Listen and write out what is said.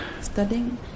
studying